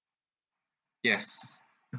yes